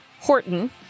horton